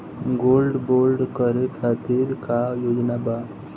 Gold bond करे खातिर का योग्यता बा?